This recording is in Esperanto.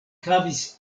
havis